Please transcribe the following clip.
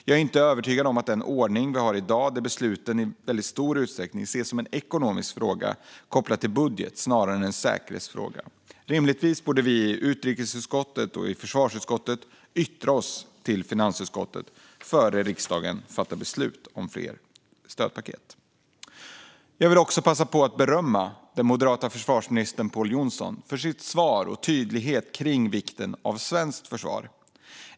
Jag är inte övertygad om att den ordning vi har i dag är bra, där besluten i väldigt stor utsträckning ses som ekonomiska frågor kopplade till budgeten snarare än säkerhetsfrågor. Rimligtvis borde vi i utrikesutskottet och försvarsutskottet yttra oss till finansutskottet innan riksdagen fattar beslut om fler stödpaket. Jag vill också passa på att berömma den moderata försvarsministern Pål Jonson för hans svar och tydlighet kring vikten av svenskt försvar.